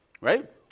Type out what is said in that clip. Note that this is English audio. Right